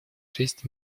шесть